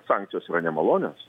sankcijos yra nemalonios